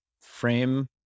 frame